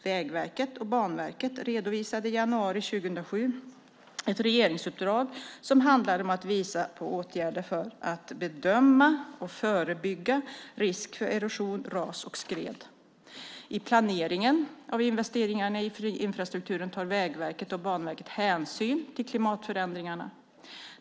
Vägverket och Banverket redovisade i januari 2007 ett regeringsuppdrag som handlade om att visa på åtgärder för att bedöma och förebygga risk för erosion, ras och skred. I planeringen av investeringar i infrastrukturen tar Vägverket och Banverket hänsyn till klimatförändringar.